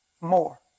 more